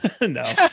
No